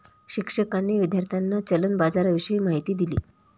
शिक्षकांनी विद्यार्थ्यांना चलन बाजाराविषयी माहिती दिली